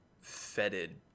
fetid